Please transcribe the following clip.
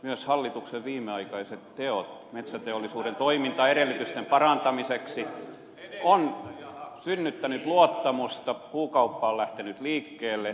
myös hallituksen viimeaikaiset teot metsäteollisuuden toimintaedellytysten parantamiseksi ovat synnyttäneet luottamusta puukauppa on lähtenyt liikkeelle